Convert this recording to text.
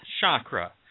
chakra